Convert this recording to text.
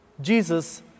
Jesus